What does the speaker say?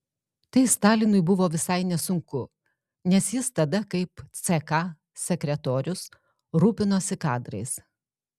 tai stalinui buvo visai nesunku nes jis tada kaip ck sekretorius rūpinosi kadrais